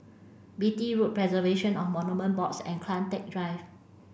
Beatty Road Preservation of Monuments Board and Kian Teck Drive